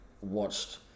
watched